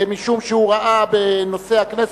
משום שהוא ראה בנושא בכנסת,